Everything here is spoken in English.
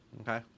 Okay